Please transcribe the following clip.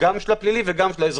גם של הפלילי וגם של האזרחי.